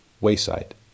wayside